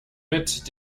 mit